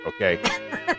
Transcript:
Okay